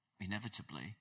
inevitably